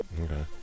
Okay